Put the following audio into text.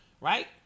right